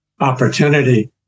opportunity